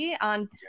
on